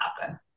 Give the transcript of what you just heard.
happen